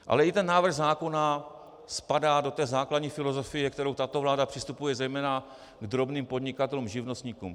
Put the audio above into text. Ale i ten návrh zákona spadá do té základní filozofie, se kterou tato vláda přistupuje zejména k drobným podnikatelům, živnostníkům.